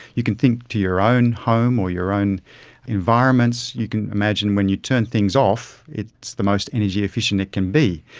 you can think to your own home or your own environments, you can imagine when you turn things off it's the most energy-efficient it can be.